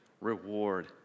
reward